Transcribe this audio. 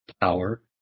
power